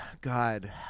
God